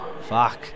Fuck